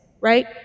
right